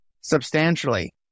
substantially